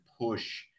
push